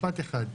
משפט אחד.